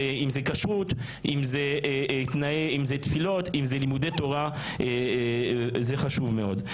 ואם זה כשרות או תפילות או לימודי תורה זה חשוב מאוד.